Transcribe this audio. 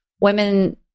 women